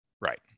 Right